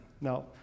Now